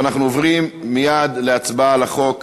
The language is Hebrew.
ואנחנו עוברים מייד להצבעה על החוק